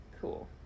Cool